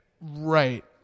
Right